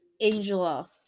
Angela